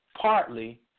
partly